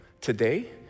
Today